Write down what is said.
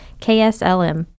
KSLM